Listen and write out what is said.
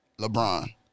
LeBron